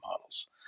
models